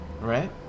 right